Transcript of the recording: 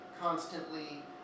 constantly